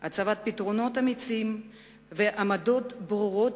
הצבת פתרונות אמיצים ועמדות ברורות